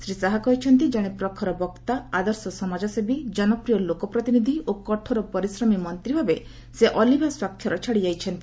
ଶ୍ରୀ ଶାହା କହିଛନ୍ତି ଜଣେ ପ୍ରଖର ବକ୍ତା ଆଦର୍ଶ ସମାଜସେବୀ ଜନପ୍ରିୟ ଲୋକପ୍ରତିନିଧି ଓ କଠୋର ପରିଶ୍ରମୀ ମନ୍ତ୍ରୀ ଭାବେ ସେ ଅଲିଭା ସ୍ୱାକ୍ଷର ଛାଡି ଯାଇଛନ୍ତି